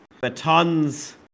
batons